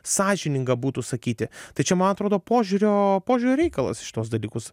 sąžininga būtų sakyti tai čia man atrodo požiūrio požiūrio reikalas į šituos dalykus